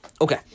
okay